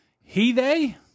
he-they